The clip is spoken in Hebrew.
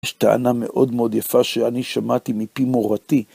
יש טענה מאוד מאוד יפה שאני שמעתי מפי מורתי.